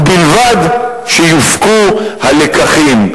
ובלבד שיופקו הלקחים.